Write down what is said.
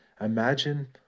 Imagine